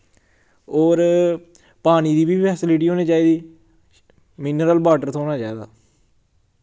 होर पानी दी बी फैसिलिटी होनी चाहिदी मिनरल वाटर थ्होना चाहिदा